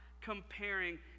Comparing